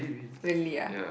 really ah